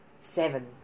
Seven